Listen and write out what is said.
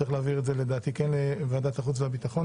שצריך להעביר את זה לוועדת החוץ והביטחון.